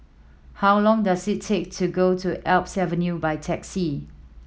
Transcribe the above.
how long does it take to go to Alps Avenue by taxi